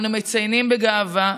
אנו מציינים בגאווה,